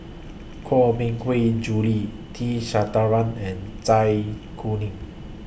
Koh Mui Hiang Julie T Sasitharan and Zai Kuning